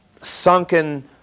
sunken